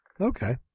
Okay